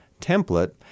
template